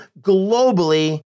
globally